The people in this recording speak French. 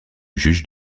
juge